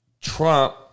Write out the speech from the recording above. Trump